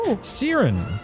Siren